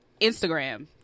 Instagram